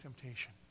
temptation